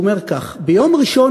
והוא אומר כך: ביום ראשון,